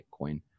Bitcoin